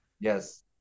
Yes